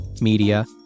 media